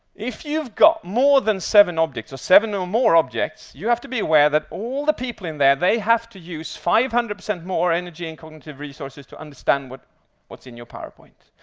if you've got more than seven objects, or seven or more objects, you have to be aware that all the people in there, they have to use five hundred percent more energy and cognitive resources to understand what's in your powerpoint.